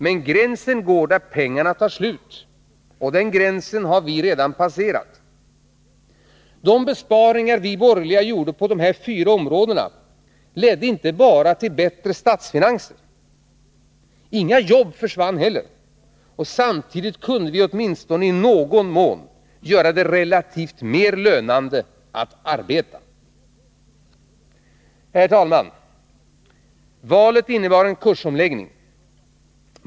Men gränsen går där pengarna tar slut, och den gränsen har vi redan passerat. De besparingar vi borgerliga gjorde på dessa fyra områden ledde inte bara till bättre statsfinanser. Inga jobb försvann heller, och samtidigt kunde vi åtminstone i någon mån göra det relativt mer lönande att arbeta. Herr talman! Valet innebar en kursomläggning.